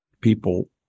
people